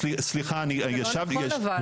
סליחה אני ישבתי,